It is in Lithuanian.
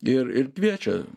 ir ir kviečia